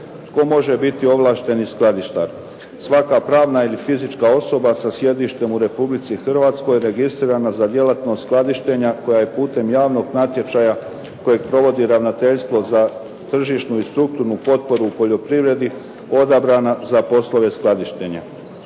Tko može biti ovlašteni skladištar? Svaka pravna ili fizička osoba sa sjedištem u Republici Hrvatskoj registrirana za djelatnost skladištenja koja je putem javnog natječaja kojeg provodi ravnateljstvo za tržišnu i strukturnu potporu u poljoprivredi odabrana za poslove skladištenja.